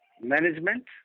management